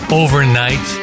overnight